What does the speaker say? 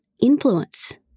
influence